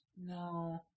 No